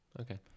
Okay